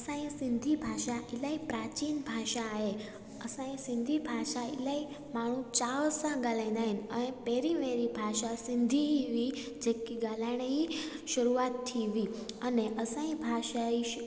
असांजी सिंधी भाषा इलाही प्राचीन भाषा आहे असांजी सिंधी भाषा इलाही माण्हू चाव सां ॻाल्हाईंदा आहिनि ऐं पहिरीं पहिरीं भाषा सिंधी ई हुई जेकी ॻाल्हाइण ई शुरुआत थी हुई अने असांई भाषा ई